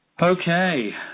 Okay